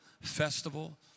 festival